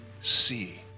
see